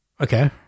Okay